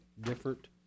different